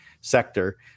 sector